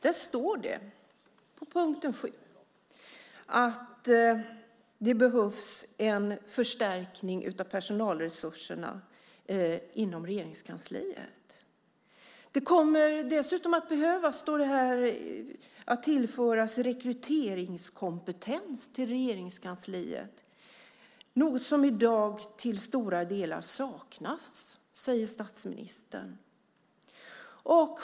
Där står det under punkten 7 att det behövs en förstärkning av personalresurserna inom Regeringskansliet. Det kommer dessutom, står det här, att behöva tillföras rekryteringskompetens till Regeringskansliet. Det är något som i dag till stora delar saknas, säger statsministern.